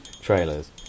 trailers